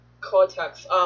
Cortex